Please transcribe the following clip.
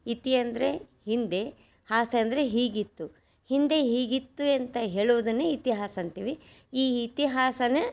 ಇತಿ ಅಂದರೆ ಹಿಂದೆ ಹಾಸೆ ಅಂದರೆ ಹೀಗಿತ್ತು ಹಿಂದೆ ಹೀಗಿತ್ತು ಎಂತ ಹೇಳುವುದನ್ನೇ ಇತಿಹಾಸ ಅಂತೀವಿ ಈ ಇತಿಹಾಸನೆ